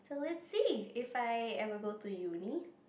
let's see if I ever go to Uni